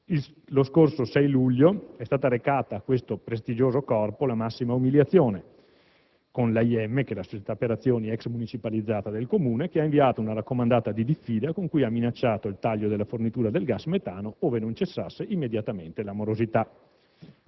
Lo scorso 6 luglio è stata recata a questo prestigioso Corpo la massima umiliazione con l'AIM, società per azioni, ex municipalizzata del Comune di Vicenza, che ha inviato una raccomandata di diffida, con cui ha minacciato il taglio della fornitura del gas metano ove non cessasse immediatamente la morosità.